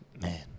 Man